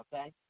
okay